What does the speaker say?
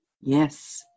Yes